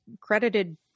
credited